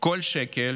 כל שקל